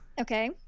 Okay